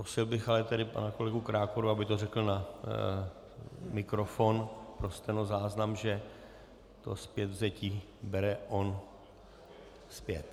Prosil bych ale tedy pana kolegu Krákoru, aby to řekl na mikrofon pro stenozáznam, že to zpětvzetí bere on zpět.